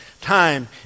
time